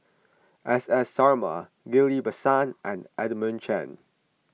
S S Sarma Ghillie Basan and Edmund Chen